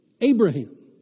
Abraham